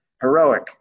heroic